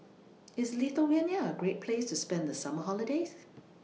IS Lithuania A Great Place to spend The Summer holidays